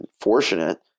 fortunate